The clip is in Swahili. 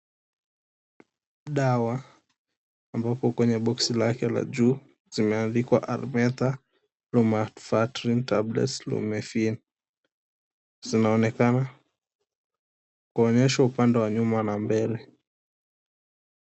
Dawa ambazo kwenye boksi lake la juu imeandikwa Artemether & Lumefantrine Tablets, Lumifen, zinzonekana kuonyesha upande wa nyuma na mbele.